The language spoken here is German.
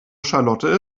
charlotte